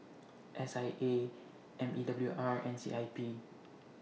S I A M E W R and C I P